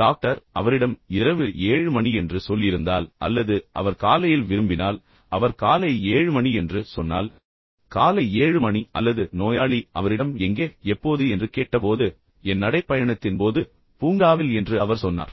doctor அவரிடம் இரவு 7 மணி என்று சொல்லியிருந்தால் அல்லது அவர் காலையில் விரும்பினால் அவர் காலை 7 மணி என்று சொன்னால் காலை 7 மணி அல்லது நோயாளி அவரிடம் எங்கே எப்போது என்று கேட்ட போது என் நடைப்பயணத்தின் போது பூங்காவில் என்று அவர் சொன்னார்